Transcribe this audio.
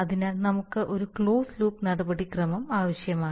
അതിനാൽ നമുക്ക് ഒരു ക്ലോസ്ഡ് ലൂപ്പ് നടപടിക്രമം ആവശ്യമാണ്